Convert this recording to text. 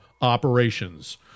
operations